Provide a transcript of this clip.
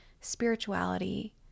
spirituality